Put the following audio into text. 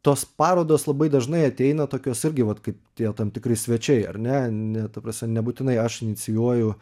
tos parodos labai dažnai ateina tokios irgi vat kaip tie tam tikri svečiai ar ne ne ta prasme nebūtinai aš inicijuoju